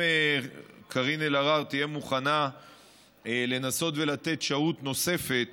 אם קארין אלהרר תהיה מוכנה לנסות ולתת שהות נוספת